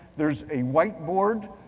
there's a whiteboard.